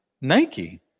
Nike